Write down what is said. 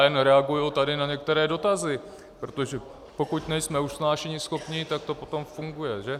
Jen tady reaguji na některé dotazy, protože pokud nejsme usnášeníschopní, tak to potom funguje, že.